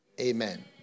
amen